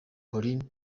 paulin